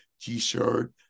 T-shirt